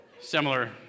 similar